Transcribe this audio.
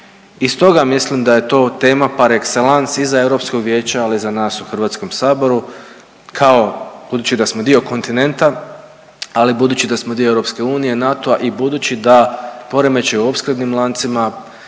i stoga mislim da je to tema par excellence i za Europsko vijeće, ali i za nas u Hrvatskom saboru kao budući da smo dio kontinenta, ali i budući da smo dio EU, NATO-a i budući da poremećaji u opskrbnim lancima,